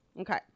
Okay